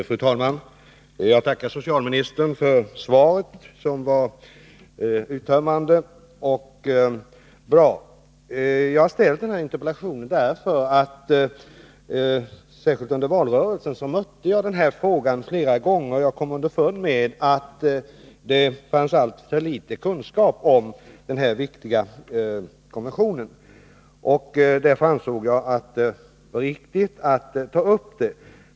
Fru talman! Jag tackar socialministern för svaret, som var uttömmande och bra. Jag har framställt interpellationen därför att jag särskilt under valrörelsen flera gånger mötte denna fråga och då kom underfund med att det fanns alltför liten kunskap om denna viktiga konvention. Därför ansåg jag att det var riktigt att ta upp den i en interpellation.